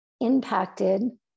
impacted